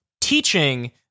teaching